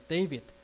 David